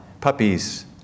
puppies